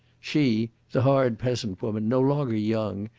she the hard peasant woman no longer young,